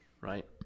right